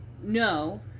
no